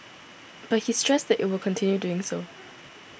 but he stressed that it will consider doing so